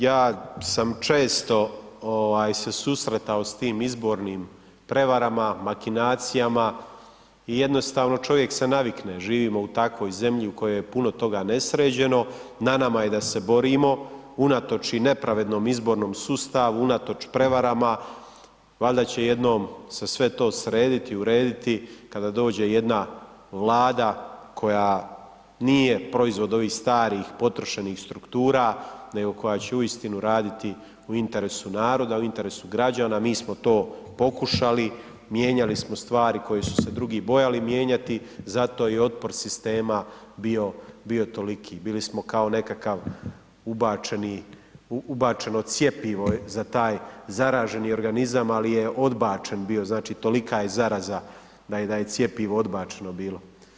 Ja sam često se susretao s tim izbornim prevarama, makinacijama i jednostavno čovjek se navikne, živimo u takvoj zemlji u kojoj je puno toga nesređeno, na nama je da se borimo unatoč i nepravednom izbornom sustavu, unatoč prevarama, valjda će jednom se sve to srediti, urediti kada dođe jedna Vlada koja nije proizvod ovih starih, potrošenih struktura nego koja će uistinu raditi u interesu naroda, u interesu građana, mi smo to pokušali, mijenjali smo stvari koje su se drugi bojali mijenjati, zato je i otpor sistema bio toliki, bili smo kao nekakav ubačeno cjepivo za taj zaraženi organizam ali je odbačen, znači tolika je zaraza da je cjepivo odbačeno bilo.